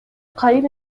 кайын